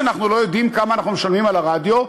אנחנו לא יודעים כמה אנחנו משלמים על הרדיו,